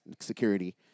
security